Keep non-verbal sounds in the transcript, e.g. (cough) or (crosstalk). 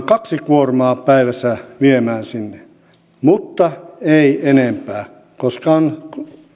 (unintelligible) kaksi kuormaa päivässä sinne mutta ei enempää koska on